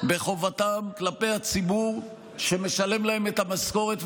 בחובתם כלפי הציבור שמשלם להם את המשכורת.